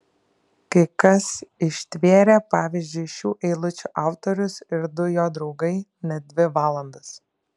kai kas ištvėrė pavyzdžiui šių eilučių autorius ir du jo draugai net dvi valandas